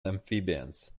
amphibians